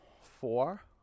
four